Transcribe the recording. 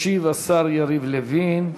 ישיב השר יריב לוין.